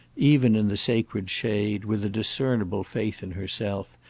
even in the sacred shade, with a discernible faith in herself,